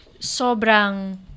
sobrang